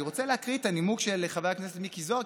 אני רוצה להקריא את הנימוק של חבר הכנסת מיקי זוהר,